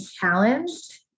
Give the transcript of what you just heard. challenged